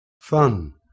Fun